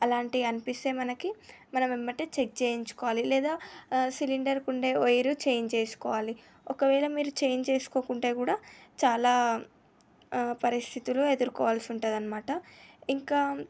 అలాంటివి అనిపిస్తే మనకి మనం ఎమ్మటే చెక్ చేయించుకోవాలి లేదా సిలిండర్కి ఉండే వైరు చేంజ్ చేసుకోవాలి ఒకవేళ మీరు చేంజ్ చేసుకోకుంటే కూడా చాలా పరిస్థితులు ఎదుర్కోవాల్సి ఉంటుంది అన్నమాట ఇంకా